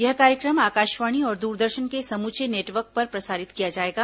यह कार्यक्रम आकाशवाणी और दूरदर्शन के समूचे नेटवर्क पर प्रसारित किया जाएगा